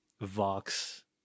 Vox